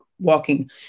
walking